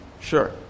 Sure